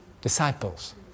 disciples